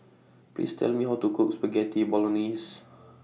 Please Tell Me How to Cook Spaghetti Bolognese